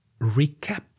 recap